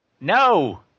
No